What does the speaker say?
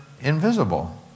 invisible